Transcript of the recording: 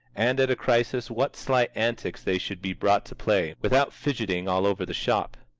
and at a crisis what sly antics they should be brought to play, without fidgeting all over the shop!